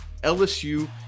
LSU